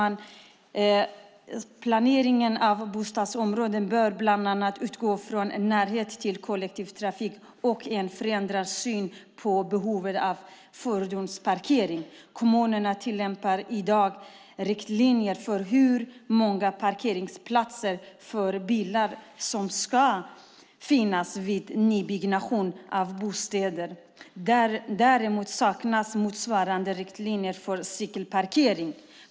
Planeringen av bostadsområden bör utgå från bland annat närhet till kollektivtrafik och en förändrad syn på behovet av fordonsparkering. Kommunerna tillämpar i dag riktlinjer för hur många parkeringsplatser för bilar som ska finnas vid nybyggnation av bostäder. Däremot saknas motsvarande riktlinjer för cykelparkering.